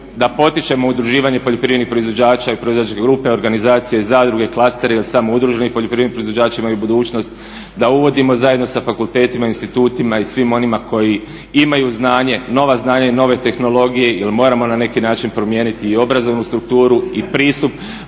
da potičemo udruživanje poljoprivrednih proizvođača i proizvođačke grupe, organizacije i zadruge, klasteri ili samo udruženim poljoprivrednim proizvođačima je budućnost da uvodimo zajedno sa fakultetima, institutima i svim onima koji imaju znanje, nova znanja i nove tehnologije jer moramo na neki način promijeniti i obrazovnu strukturu i pristup